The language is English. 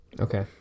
Okay